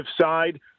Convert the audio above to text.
side